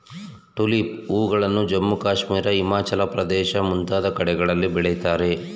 tulip ಹೂಗಳನ್ನು ಜಮ್ಮು ಕಾಶ್ಮೀರ, ಹಿಮಾಚಲ ಪ್ರದೇಶ ಮುಂತಾದ ಕಡೆಗಳಲ್ಲಿ ಬೆಳಿತಾರೆ